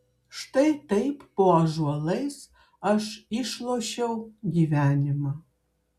štai taip po ąžuolais aš išlošiau gyvenimą